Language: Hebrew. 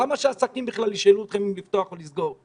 למה שהעסקים בכלל ישאלו אתכם אם לפתוח או לסגור?